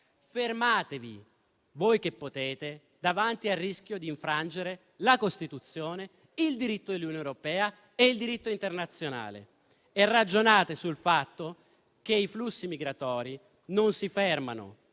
fermatevi, voi che potete, davanti al rischio d'infrangere la Costituzione, il diritto dell'Unione europea e il diritto internazionale. Ragionate sul fatto che i flussi migratori non si fermano